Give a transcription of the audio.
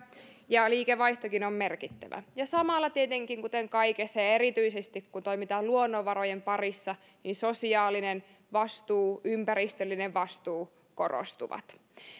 ja liikevaihtokin on merkittävä ja samalla tietenkin kuten kaikessa ja ja erityisesti kun toimitaan luonnonvarojen parissa sosiaalinen vastuu ja ympäristöllinen vastuu korostuvat